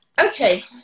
Okay